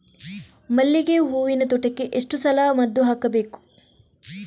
ಮಲ್ಲಿಗೆ ಹೂವಿನ ತೋಟಕ್ಕೆ ಎಷ್ಟು ಸಲ ಮದ್ದು ಹಾಕಬೇಕು?